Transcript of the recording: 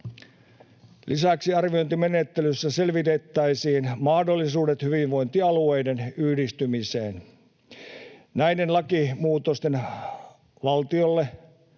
Lisäksi arviointimenettelyssä selvitettäisiin mahdollisuudet hyvinvointialueiden yhdistymiseen. Näiden lakimuutosten valtiolle